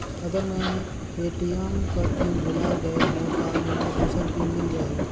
अगर मैं ए.टी.एम कर पिन भुलाये गये हो ता मोला दूसर पिन मिल जाही?